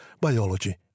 biology